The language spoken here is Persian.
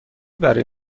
برای